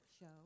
show